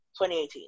2018